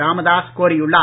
ராமதாஸ் கோரியுள்ளார்